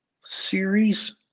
series